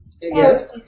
Yes